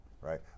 right